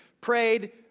Prayed